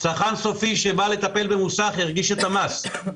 צרכן סופי שבא לטפל במוסך, ירגיש את המס.